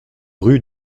rue